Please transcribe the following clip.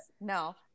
No